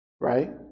right